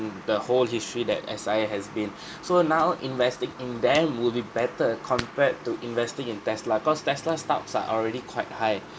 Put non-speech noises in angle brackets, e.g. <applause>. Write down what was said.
the whole history that S_I_A has been <breath> so now investing in them will be better compared to investing in tesla cause tesla stocks are already quite high